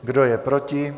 Kdo je proti?